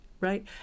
Right